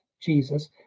Jesus